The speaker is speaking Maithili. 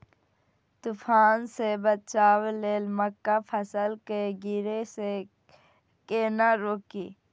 तुफान से बचाव लेल मक्का फसल के गिरे से केना रोकी?